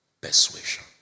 persuasion